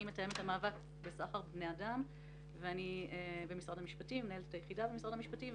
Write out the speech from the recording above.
אני מתאמת המאבק בסחר בני אדם ואני מנהלת היחידה במשרד המשפטים.